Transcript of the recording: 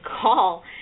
call